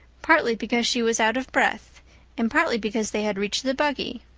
partly because she was out of breath and partly because they had reached the buggy.